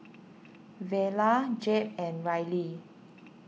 Verla Jep and Rylie